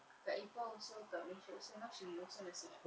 kak epah also kat malaysia also now she also nursing ah